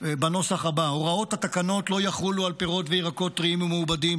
בנוסח הבא: הוראות התקנות לא יחולו על פירות וירקות טריים או מעובדים,